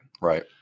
Right